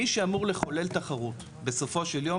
מי שאמור לחולל תחרות בסופו של יום,